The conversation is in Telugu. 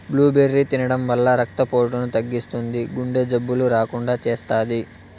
బ్లూబెర్రీ తినడం వల్ల రక్త పోటును తగ్గిస్తుంది, గుండె జబ్బులు రాకుండా చేస్తాది